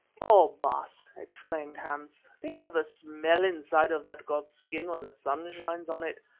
oh! baas, exclaimed hans, think of the smell inside of that god's skin when the sun shines on it.